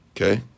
Okay